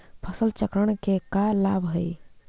फसल चक्रण के का लाभ हई?